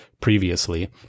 previously